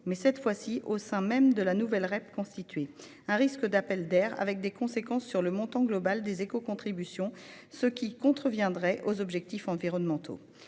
mais cette fois-ci au sein même de la REP nouvellement constituée. Ce risque d'appel d'air aurait des conséquences sur le montant global des écocontributions, ce qui contreviendrait aux objectifs environnementaux.